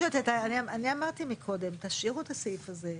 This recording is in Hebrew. אני אמרתי מקודם, תשאירו את הסעיף הזה.